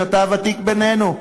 אתה הוותיק בינינו,